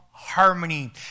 harmony